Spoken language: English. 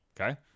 Okay